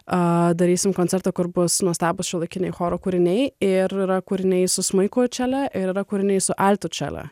a darysim koncertą kur bus nuostabūs šiuolaikiniai choro kūriniai yra kūriniai su smuiku čele ir yra kūriniai su altu čele